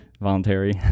voluntary